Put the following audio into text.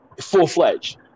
full-fledged